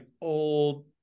old